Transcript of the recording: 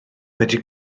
fedru